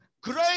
Great